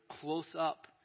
close-up